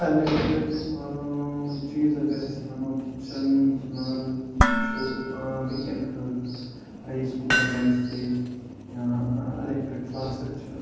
electric چیٖز اگر أسۍ وَنو کِچنَس منٛز چھُ وٕنۍکٮ۪ن خٲطرٕ رایِس کُکَر لیٹٕس سے یا ایلیکٹِرٛک فلاسٕک چھِ